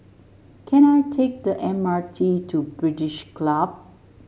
can I take the M R T to British Club